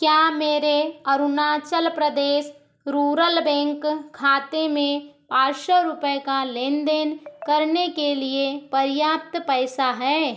क्या मेरे Arunachal Pradesh rural bank खाते में आठ सौ रुपये का लेनदेन करने के लिए पर्याप्त पैसा है